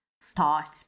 start